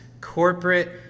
corporate